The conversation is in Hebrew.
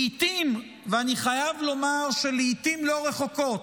לעיתים, ואני חייב לומר שלעיתים לא רחוקות,